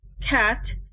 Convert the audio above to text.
CAT